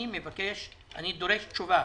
אני דורש תשובה